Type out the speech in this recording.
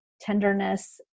tenderness